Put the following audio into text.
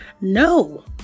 No